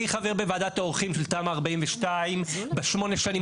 אני חבר בוועדת העורכים של תמ"א 42. בשמונה שנים